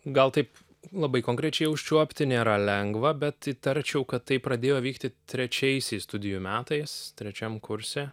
gal taip labai konkrečiai užčiuopti nėra lengva bet įtarčiau kad tai pradėjo vykti trečiaisiais studijų metais trečiam kurse